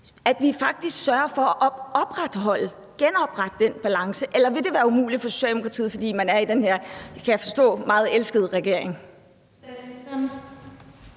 at vi skal sørge for at genoprette den balance. Eller vil det være umuligt for Socialdemokratiet, fordi man er i den her, kan jeg forstå, meget elskede regering? Kl. 13:23 Fjerde